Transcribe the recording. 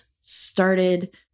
started